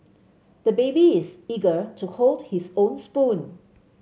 the baby is eager to hold his own spoon